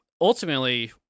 ultimately